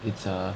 it's a